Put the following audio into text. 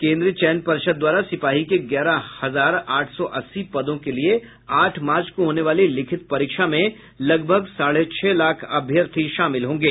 केन्द्रीय चयन पर्षद द्वारा सिपाही के ग्यारह हजार आठ सौ अस्सी पदों के लिए आठ मार्च को होने वाली लिखित परीक्षा में लगभग साढ़े छह लाख अभ्यर्थी शामिल होंगे